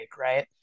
Right